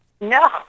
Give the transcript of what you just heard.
No